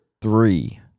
three